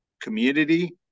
community